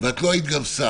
וגם לא היית שר,